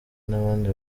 n’abandi